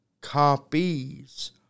copies